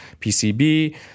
PCB